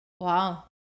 Wow